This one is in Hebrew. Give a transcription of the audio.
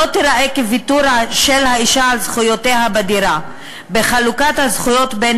לא תיראה כוויתור של האישה על זכויותיה בדירה בחלוקת הזכויות בין